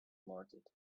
market